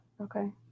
Okay